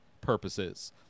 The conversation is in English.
purposes